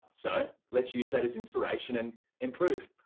so let's use that as inspiration and improve.